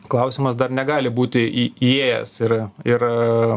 klausimas dar negali būti įėjęs ir ir